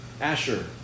Asher